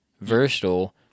Versatile